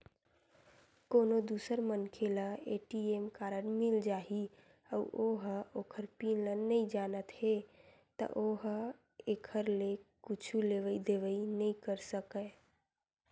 कोनो दूसर मनखे ल ए.टी.एम कारड मिल जाही अउ ओ ह ओखर पिन ल नइ जानत हे त ओ ह एखर ले कुछु लेवइ देवइ नइ कर सकय